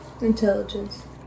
Intelligence